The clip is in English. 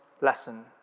lesson